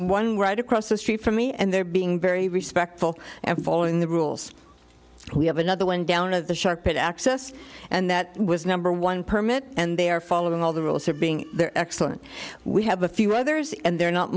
one right across the street from me and they're being very respectful and following the rules we have another wind down of the sharp access and that was number one permit and they are following all the rules are being they're excellent we have a few others and they're not